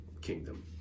kingdom